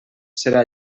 serà